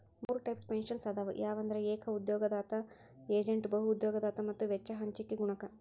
ಮೂರ್ types pension ಅದಾವ ಯಾವಂದ್ರ ಏಕ ಉದ್ಯೋಗದಾತ ಏಜೇಂಟ್ ಬಹು ಉದ್ಯೋಗದಾತ ಮತ್ತ ವೆಚ್ಚ ಹಂಚಿಕೆ ಗುಣಕ